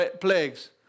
plagues